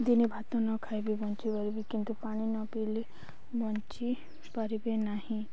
ଦିନେ ଭାତ ନ ଖାଇବି ବଞ୍ଚିପାରିବି କିନ୍ତୁ ପାଣି ନ ପିଇଲେ ବଞ୍ଚିପାରିବେ ନାହିଁ